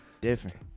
Different